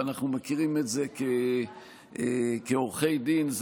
ואנחנו מכירים את זה כעורכי דין,